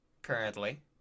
Currently